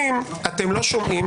אם אתה תחזיר את המיקרופונים,